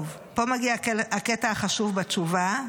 טוב, פה מגיע הקטע החשוב בתשובה: